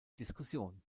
diskussion